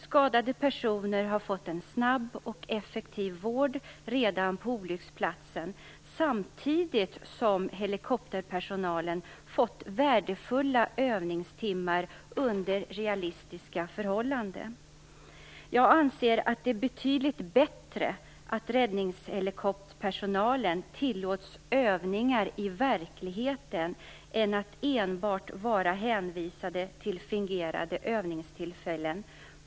Skadade personer har fått en snabb och effektiv vård redan på olycksplatsen samtidigt som helikopterpersonalen fått värdefulla övningstimmar under realistiska förhållanden. Jag anser att det är betydligt bättre att helikopterpersonalen tillåts övningar i verkligheten än att den enbart är hänvisad till fingerade övningstillfällen.